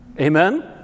Amen